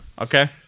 Okay